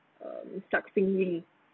err instructively